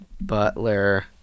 Butler